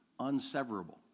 unseverable